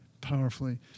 powerfully